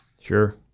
Sure